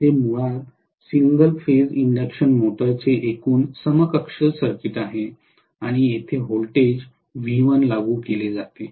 हे मुळात single phase induction मोटरचे एकूण समकक्ष सर्किट आहे आणि येथे व्होल्टेज V1 लागू केले जाते